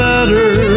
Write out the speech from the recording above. better